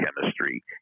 chemistry